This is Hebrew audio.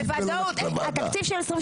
בוודאות, התקציב של 2023,